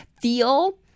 Feel